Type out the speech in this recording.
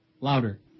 louder